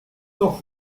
s’en